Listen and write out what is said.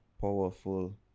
Powerful